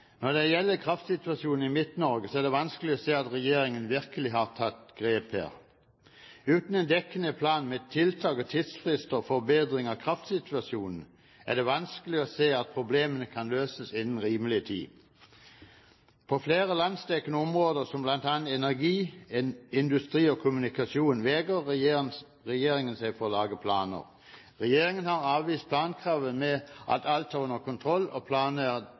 Når det gjelder kraftsituasjonen i Midt-Norge, er det vanskelig å se at regjeringen virkelig har tatt grep her. Uten en dekkende plan med tiltak og tidsfrister for forbedring av kraftsituasjonen er det vanskelig å se at problemene kan løses innen rimelig tid. På flere landsdekkende områder, som bl.a. energi, industri og kommunikasjon, vegrer regjeringen seg for å lage planer. Regjeringen har avvist plankravene med at alt er under kontroll, og